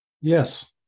Yes